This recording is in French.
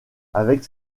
avec